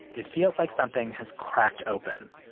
it feels like something has cracked open.